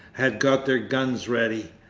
had got their guns ready,